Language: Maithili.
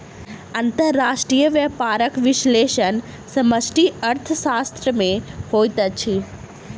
अंतर्राष्ट्रीय व्यापारक विश्लेषण समष्टि अर्थशास्त्र में होइत अछि